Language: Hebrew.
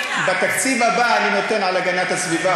בתקציב הבא אני נותן על הגנת הסביבה,